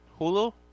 Hulu